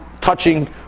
touching